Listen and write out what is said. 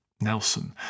Nelson